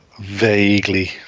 Vaguely